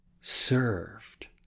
served